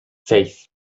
seis